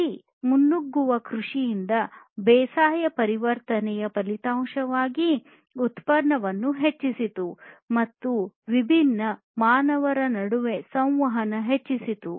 ಈ ಮುನ್ನುಗ್ಗುವ ಕೃಷಿಯಿಂದ ಬೇಸಾಯ ಪರಿವರ್ತನೆಯ ಫಲಿತಾಂಶವಾಗಿ ಉತ್ಪಾದನೆಯನ್ನು ಹೆಚ್ಚಿಸಿತು ಮತ್ತು ವಿಭಿನ್ನ ಮಾನವರ ನಡುವಿನ ಸಂವಹನ ಹೆಚ್ಚಿಸಿತು